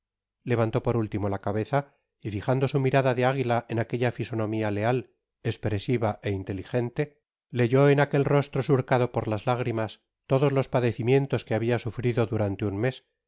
levantó por último la cabeza y fijando su mirada de águila en aquella fisonomia leal espresiva é intetigente leyó en aquel rostro surcado por las lágrimas todos los padecimientos que habia sufrido durante un mes